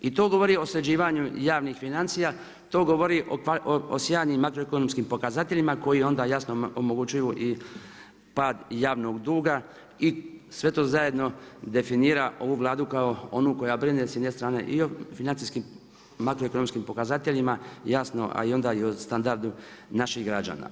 I to govori o sređivanju javnih financija, to govori o sjajnim makroekonomskim pokazateljima koji onda jasno, omogućuju i pad javnog duga i sve to zajedno definira ovu Vladu kao onu koja brine s jedne strane i o financijskim makroekonomskim pokazateljima, jasno a i onda o standardu naših građana.